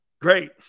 Great